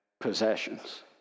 possessions